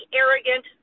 arrogant